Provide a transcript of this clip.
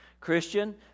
Christian